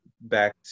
back